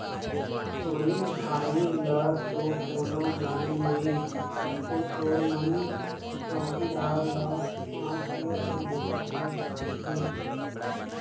चोरी हारी ल तो कोनो जाने नई, कतको चोर मन चउकीदार ला सांट के अपन बूता कर डारथें